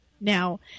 Now